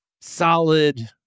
solid